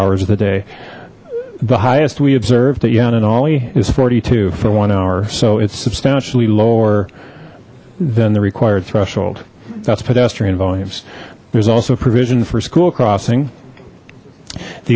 the day the highest we observed at yan and oli is forty two for one hour so it's substantially lower than the required threshold that's pedestrian volumes there's also provision for school crossing